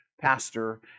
pastor